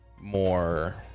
more